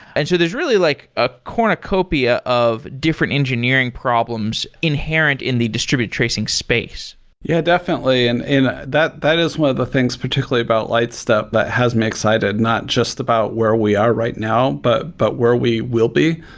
and so there's really like a cornucopia of different engineering problems inherent in the distributed tracing space yeah, definitely. and that that is one of the things particularly about lightstep, but has me excited not just about where we are right now, but but where we will be.